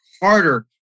harder